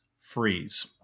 freeze